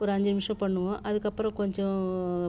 ஒரு அஞ்சு நிமிடம் பண்ணுவேன் அதுக்கப்புறம் கொஞ்சம்